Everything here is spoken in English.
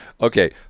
Okay